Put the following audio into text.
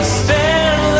stand